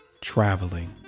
Traveling